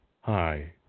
hi